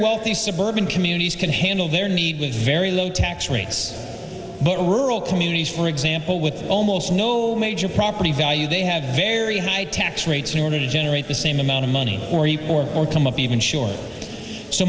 wealthy suburban communities can handle their need with very low tax rates but rural communities for example with almost no major property value they have very high tax rates in order to generate the same amount of money or he or or come up even sure so